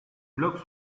blocs